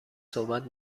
صحبت